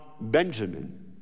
Benjamin